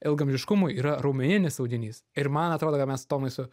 ilgaamžiškumui yra raumeninis audinys ir man atrodo kad mes tomai su